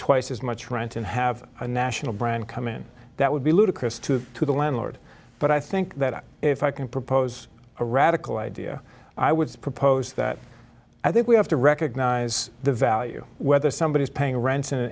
twice as much rent and have a national brand come in that would be ludicrous to to the landlord but i think that if i can propose a radical idea i would propose that i think we have to recognize the value whether somebody is paying r